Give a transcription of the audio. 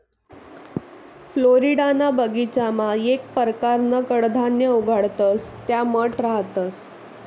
फ्लोरिडाना बगीचामा येक परकारनं कडधान्य उगाडतंस त्या मठ रहातंस